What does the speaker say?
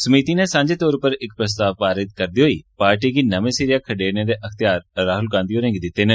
समिति नै सांझे तौर उप्पर इक प्रस्ताव पास करदे होई पार्टी गी नमें सिरेया खडेरने दे अख्तियार राहुल गांधी होरें'गी दित्ते न